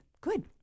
Good